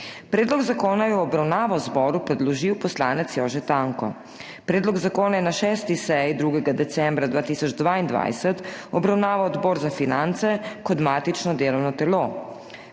Predlog zakona je v obravnavo zboru predložil poslanec Jože Tanko. Predlog zakona je na 6. seji 2. decembra 2022 obravnaval Odbor za finance kot matično delovno telo.